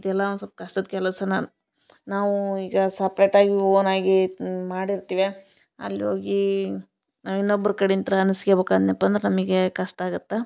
ಇದೆಲ್ಲ ಒಂದು ಸೊಲ್ಪ ಕಷ್ಟದ ಕೆಲಸನ ನಾವು ಈಗ ಸಪ್ರೇಟಾಗಿ ಓನಾಗಿ ಇದ್ನ ಮಾಡಿರ್ತಿವ್ಯ ಅಲ್ಲೋಗಿ ನಾವು ಇನ್ನೊಬ್ರ ಕಡಿಯಿಂತ್ರ ಅನಸ್ಕ್ಯಬಕು ಅನ್ಯಪ್ಪ ಅಂದ್ರ ನಮಗೆ ಕಷ್ಟ ಆಗತ್ತಾ